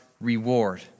reward